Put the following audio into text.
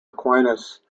aquinas